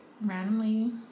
randomly